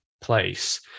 place